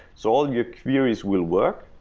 so all your queries will work,